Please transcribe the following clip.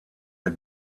der